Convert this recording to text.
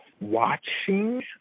watching